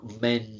men